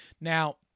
Now